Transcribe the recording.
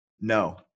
No